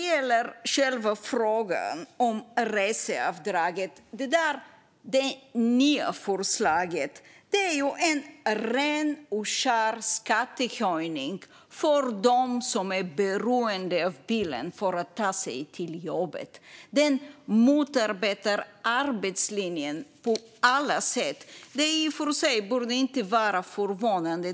Det nya förslaget till reseavdrag är en ren och skär skattehöjning för dem som är beroende av bilen för att ta sig till jobbet. Det motarbetar arbetslinjen på alla sätt. Det borde i och för sig inte vara förvånande.